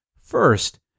first